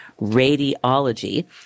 radiology